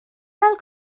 gael